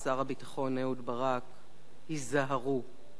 שר הביטחון אהוד ברק: היזהרו.